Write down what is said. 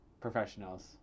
professionals